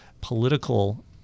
political